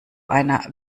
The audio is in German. einer